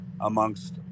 amongst